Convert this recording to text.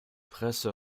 presse